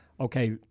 okay